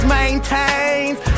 maintains